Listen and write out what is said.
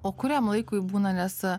o kuriam laikui būna nes